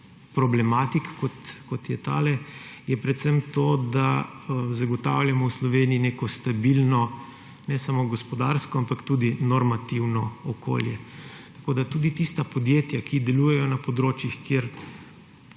problematik, kot je ta, je predvsem to, da zagotavljamo v Sloveniji neko stabilno ne samo gospodarsko, ampak tudi normativno okolje. Tako tudi tista podjetja, ki delujejo na območjih, kjer